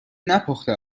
نپخته